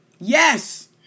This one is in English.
Yes